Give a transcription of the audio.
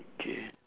okay